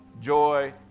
joy